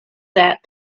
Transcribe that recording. that